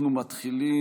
ירושלים,